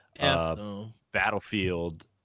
Battlefield